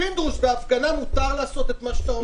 פינדרוס, בהפגנה מותר לעשות את מה שאתה אומר?